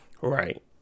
Right